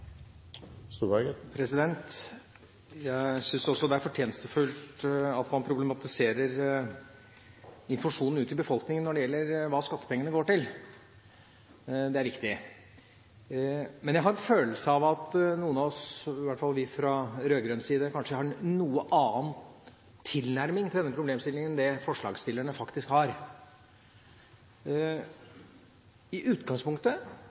at man problematiserer informasjon ut til befolkningen når det gjelder hva skattepengene går til. Det er viktig. Men jeg har en følelse av at noen av oss – i hvert fall vi fra den rød-grønne siden – kanskje har en noe annen tilnærming til denne problemstillingen enn den forslagsstillerne faktisk har. I utgangspunktet